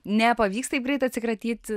nepavyks taip greit atsikratyti